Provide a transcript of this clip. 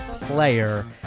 player